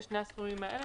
ושני הסכומים האלה